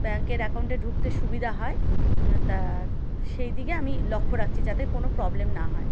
ব্যাঙ্কের অ্যাকাউন্টে ঢুকতে সুবিধা হয় তা সেই দিকে আমি লক্ষ্য রাখছি যাতে কোনো প্রবলেম না হয়